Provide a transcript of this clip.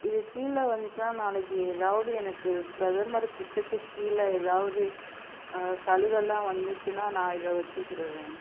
இதுக்கு கீழே வச்சுனா நாளைக்கு ஏதாவது எனக்கு பிரதமர் திட்டத்துக்கு கீழே ஏதாவது சலுகைலாம் வந்துச்சுனா நான் இதை வச்சுக்கிருவேன்